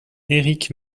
erik